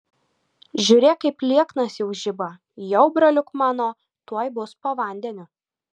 žiūrėk kaip lieknas jau žiba jau braliuk mano tuoj bus po vandeniu